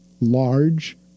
large